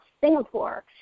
Singapore